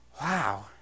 Wow